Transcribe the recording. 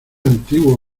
antiguo